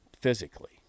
physically